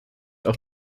auch